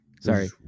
sorry